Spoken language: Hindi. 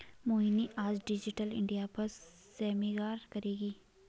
मोहिनी आज डिजिटल इंडिया पर सेमिनार करेगी